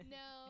no